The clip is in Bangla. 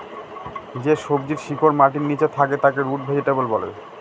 যে সবজির শিকড় মাটির নীচে থাকে তাকে রুট ভেজিটেবল বলে